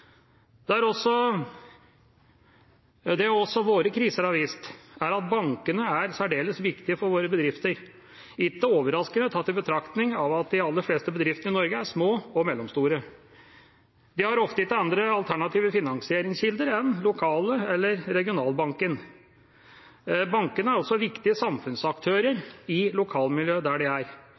Det våre kriser også har vist, er at bankene er særdeles viktige for våre bedrifter – ikke overraskende tatt i betraktning at de aller fleste bedriftene i Norge er små og mellomstore. De har ofte ikke andre alternative finansieringskilder enn lokal- eller regionalbanken. Bankene er også viktige samfunnsaktører i lokalmiljøet der de er.